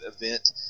event